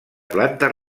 planta